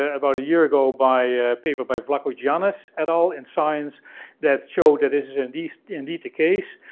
ah about a year ago by a paper by vlachogiannis et al in science that showed that this is indeed indeed the case.